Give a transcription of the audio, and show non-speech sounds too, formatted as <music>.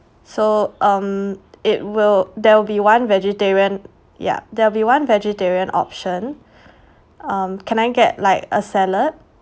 so um it will there will be one vegetarian ya that will be one vegetarian option <breath> um can I get like a salad